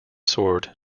sword